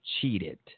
cheated